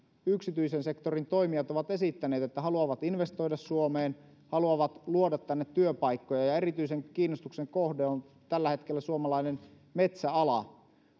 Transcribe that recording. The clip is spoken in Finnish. yksityisen sektorin toimijat ovat esittäneet että haluavat investoida suomeen haluavat luoda tänne työpaikkoja ja erityisen kiinnostuksen kohde on tällä hetkellä suomalainen metsäala